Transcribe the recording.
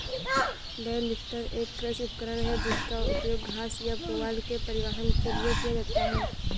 bell lifter एक कृषि उपकरण है जिसका उपयोग घास या पुआल के परिवहन के लिए किया जाता है